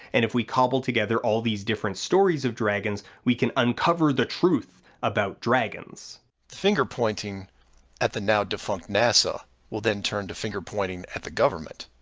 and if we cobble together all these different stories of dragons we can uncover the truth about dragons. the finger pointing at the now defunct nasa will then turn to finger pointing at the government,